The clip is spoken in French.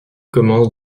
commence